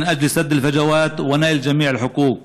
כדי לצמצם את הפערים ולהשיג את מלוא הזכויות.